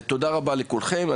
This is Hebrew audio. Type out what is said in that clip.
אז תודה רבה לכולכם.